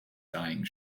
dying